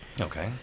Okay